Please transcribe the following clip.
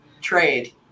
trade